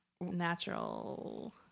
natural